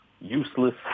useless